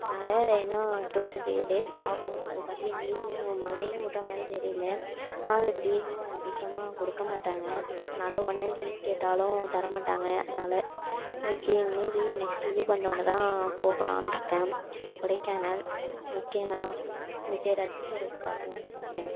அதனால் இன்னும் two three days ஆகும் அதுக்காட்டியும் லீவும் மழையும் விட்ற மாதிரி தெரியிலை அதனால் லீவும் அதிகமாக கொடுக்க மாட்டாங்க அதனால் உடனே லீவ் கேட்டாலும் தர மாட்டாங்க அதனால் ஓகே இனிமே லீவு நெக்ஸ்ட் லீவ் வந்தோடன்ன தான் போகலான்ருக்கேன் கொடைக்கானல் ஓகேண்ணா ஓகே ரத்து செய்கிறதுக்காக தான் கூப்பிட்டேன்